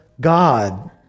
God